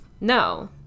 No